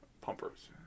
pumpers